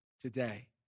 today